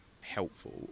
helpful